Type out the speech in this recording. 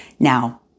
Now